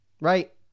Right